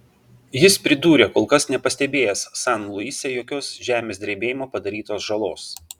jis pridūrė kol kas nepastebėjęs san luise jokios žemės drebėjimo padarytos žalos